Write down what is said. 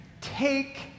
Take